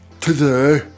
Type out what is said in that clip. Today